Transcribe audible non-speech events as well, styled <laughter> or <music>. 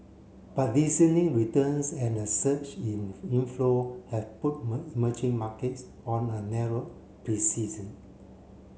but <unintelligible> returns and a surge in inflow have put <unintelligible> merging markets on a narrow <unintelligible>